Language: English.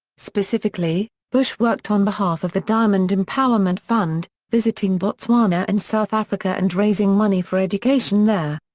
specifically, bush worked on behalf of the diamond empowerment fund, visiting botswana and south africa and raising money for education there.